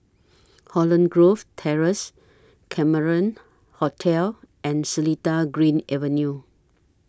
Holland Grove Terrace Cameron Hotel and Seletar Green Avenue